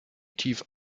tief